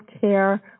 care